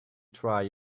try